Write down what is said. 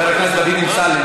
חבר הכנסת דוד אמסלם,